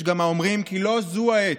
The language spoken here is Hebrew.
יש גם האומרים כי לא זו העת,